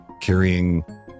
carrying